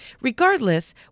Regardless